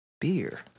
beer